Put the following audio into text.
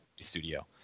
studio